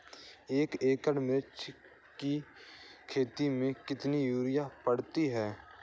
एक एकड़ मिर्च की खेती में कितना यूरिया पड़ता है?